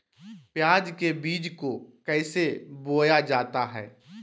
प्याज के बीज को कैसे बोया जाता है?